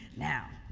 now,